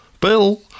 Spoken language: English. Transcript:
Bill